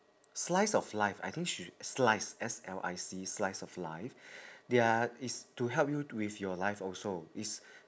slice of life I think sh~ slice S L I C E slice of life their it's to help you with your life also it's